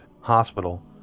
Hospital